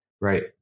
right